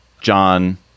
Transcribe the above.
John